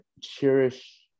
cherish